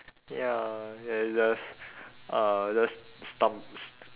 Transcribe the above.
ya yes that's uh just stum~ stu~